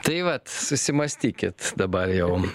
tai vat susimąstykit dabar jau